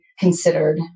considered